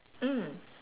mm